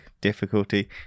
difficulty